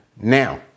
Now